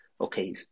okay